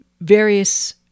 various